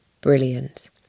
Brilliant